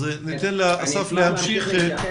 ניתן לאסף להמשיך את דבריו.